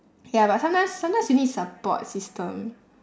ya but sometimes sometimes you need support system